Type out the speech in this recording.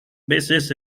veces